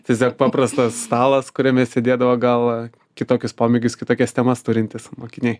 visgi paprastas stalas kuriame sėdėdavo gal kitokius pomėgius kitokias temas turintys mokiniai